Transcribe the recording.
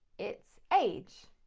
it's age.